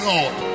Lord